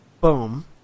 Boom